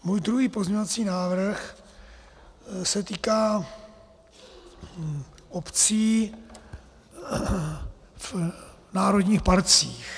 Můj druhý pozměňovací návrh se týká obcí v národních parcích.